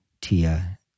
Tia